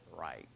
right